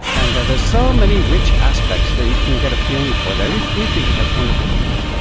and there's so many rich aspects that you can get a feeling for there. we we think it has wonderful potential.